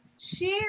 Share